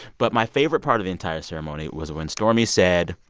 but my favorite part of the entire ceremony was when stormy said,